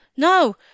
No